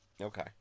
Okay